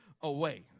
away